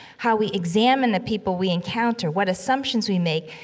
how we examine the people we encounter. what assumptions we make.